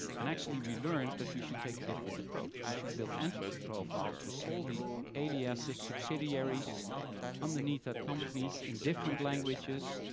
and actually, we learned that we should take a different approach. we should build entity profiles with all the aliases, subsidiaries underneath that company in different languages,